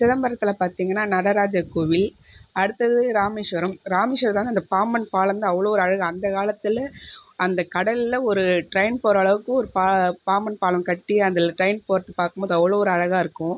சிதம்பரத்துலே பார்த்தீங்கன்னா நடராஜர் கோவில் அடுத்தது ராமேஷ்வரம் ராமேஷ்வரம்தாங்க இந்த பாம்பன் பாலம் வந்து அவ்வளோ ஒரு அழகு அந்த காலத்தில் அந்த கடலில் ஒரு ட்ரெயின் போகிற அளவுக்கு ஒரு பா பாம்பன் பாலம் கட்டி அதில் ட்ரெயின் போவதை பார்க்கும்போது அவ்வளோ ஒரு அழகாயிருக்கும்